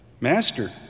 Master